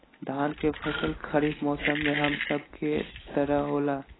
धान के फसल खरीफ मौसम में हम सब के तरफ होला